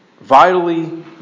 vitally